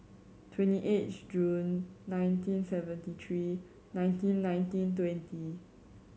twenty eighth June nineteen seventy three nineteen nineteen twenty